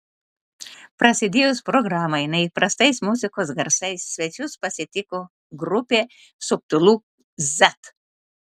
prasidėjus programai neįprastais muzikos garsais svečius pasitiko grupė subtilu z